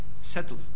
settle